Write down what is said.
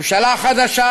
ממשלה חדשה,